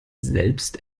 selbst